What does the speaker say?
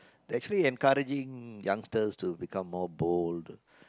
they actually encouraging youngsters to become more bold